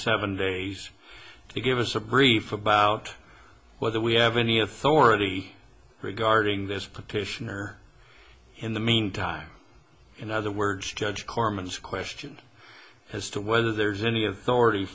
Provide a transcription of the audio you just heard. seven days to give us a brief about whether we have any authority regarding this petition or in the meantime in other words judge harmon's question as to whether there's any authority